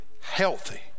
healthy